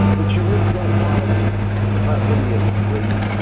but you really don't wanna do that, it's not really a great